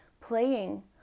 playing